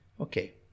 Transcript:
okay